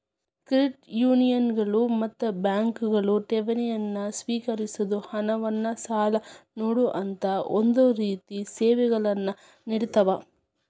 credit ಯೂನಿಯನ್ಗಳು ಮತ್ತ ಬ್ಯಾಂಕ್ಗಳು ಠೇವಣಿಗಳನ್ನ ಸ್ವೇಕರಿಸೊದ್, ಹಣವನ್ನ್ ಸಾಲ ನೇಡೊಅಂತಾ ಒಂದ ರೇತಿ ಸೇವೆಗಳನ್ನ ನೇಡತಾವ